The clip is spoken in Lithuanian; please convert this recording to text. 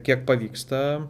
kiek pavyksta